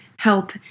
help